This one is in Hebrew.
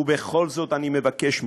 ובכל זאת, אני מבקש מכם,